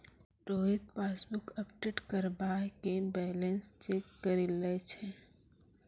Rohit passbook update करबाय के balance check करि लै छै